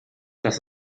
das